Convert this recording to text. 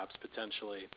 potentially